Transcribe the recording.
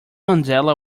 mandela